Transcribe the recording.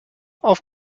auf